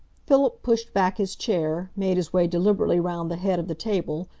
philip pushed back his chair, made his way deliberately round the head of the table,